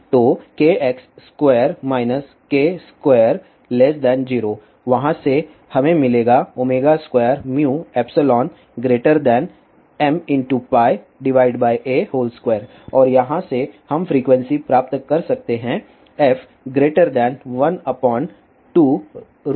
तो kx2 k20 वहाँ से हमे मिलेगा 2μϵmπa2 और यहाँ से हम फ्रीक्वेंसी प्राप्त कर सकते हैं f12μϵma